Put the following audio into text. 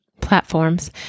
platforms